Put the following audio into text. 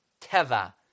Teva